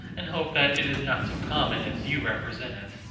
and hope that it is not so common as you represent it.